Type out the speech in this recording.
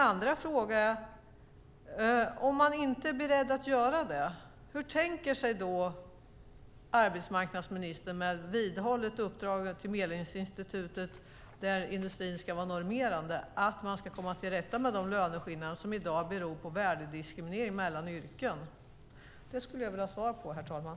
Om ministern inte är beredd att göra det, hur tänker sig arbetsmarknadsministern att med ett vidhållet uppdrag till Medlingsinstitutet, där industrin ska vara normerande, komma till rätta med de löneskillnader som i dag beror på värdediskriminering mellan yrken? De frågorna vill jag ha svar på, herr talman.